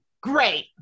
great